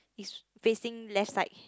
is facing left side